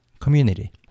community